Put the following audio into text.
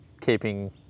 keeping